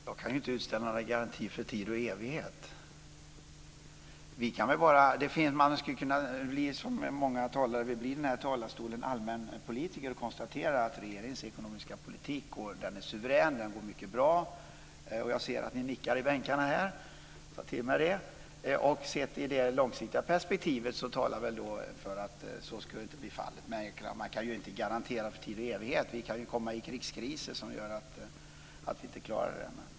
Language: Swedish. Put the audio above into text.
Fru talman! Jag kan inte utställa några garantier för tid och evighet. Som allmänpolitiker kan man konstatera att regeringens ekonomiska politik är suverän. Den går mycket bra - jag ser att ni nickar i bänkarna och det tar jag till mig. Sett i det långsiktiga perspektivet talar allt för att så inte skulle bli fallet. Men det är klart, man kan ju inte garantera för tid och evighet. Vi kan ju hamna i krigskriser som gör att vi inte kan klara det.